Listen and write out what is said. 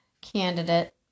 candidate